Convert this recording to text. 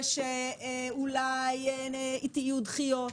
ושאולי יהיו דחיות,